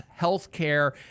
healthcare